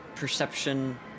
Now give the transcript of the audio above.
Perception